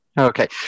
Okay